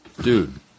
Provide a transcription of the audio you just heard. dude